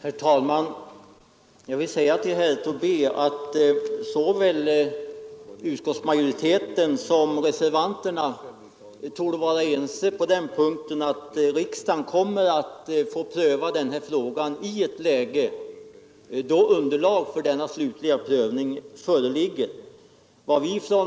Herr talman! Jag vill till herr Tobé säga att såväl utskottsmajoriteten som reservanterna torde vara ense om att riksdagen bör pröva den fråga det här gäller då underlag för den slutliga prövningen föreligger.